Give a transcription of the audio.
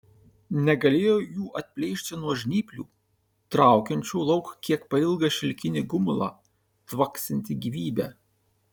negalėjo jų atplėšti nuo žnyplių traukiančių lauk kiek pailgą šilkinį gumulą tvaksintį gyvybe